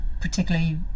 particularly